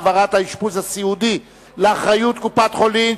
העברת האשפוז הסיעודי לאחריות קופות-החולים),